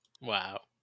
Wow